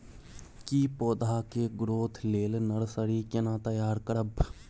की पौधा के ग्रोथ लेल नर्सरी केना तैयार करब?